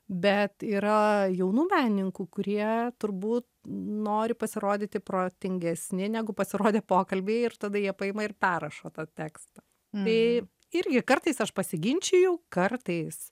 bet yra jaunų menininkų kurie turbūt nori pasirodyti protingesni negu pasirodė pokalby ir tada jie paima ir perrašo tą tekstą tai irgi kartais aš pasiginčiju kartais